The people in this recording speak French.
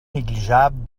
négligeable